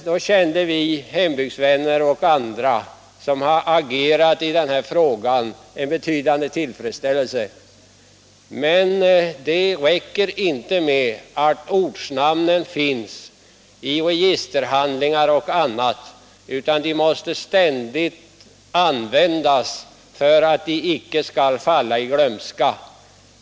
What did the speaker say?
Då kände vi hembygdsvänner och andra som hade agerat i denna fråga en betydande tillfredsställelse. Det räcker emellertid inte med att ortnamnen finns i registerhandlingar och annat, utan de måste ständigt användas för att inte falla i glömska.